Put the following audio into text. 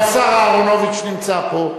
והשר אהרונוביץ נמצא פה.